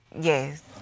Yes